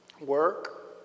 Work